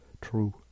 true